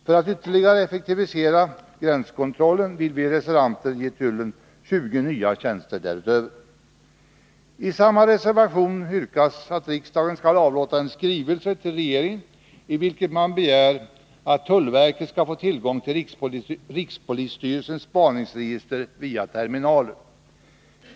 För att ytterligare effektivisera gränskontrollen vill vi reservanter ge tullen 20 nya tjänster därutöver. I samma reservation yrkas att riksdagen skall avlåta en skrivelse till regeringen, i vilken man begär att tullverket skall få tillgång till rikspolisstyrelsens spaningsregister via terminaler.